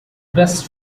best